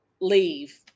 leave